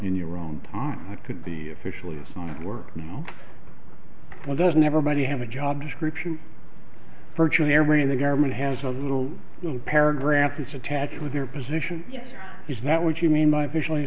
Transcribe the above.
in your own time i could be officially assigned work now well doesn't everybody have a job description virtually every in the government has a little paragraph is attached with your position is that what you mean by